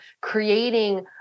creating